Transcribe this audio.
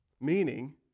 meaning